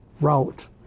route